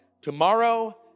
tomorrow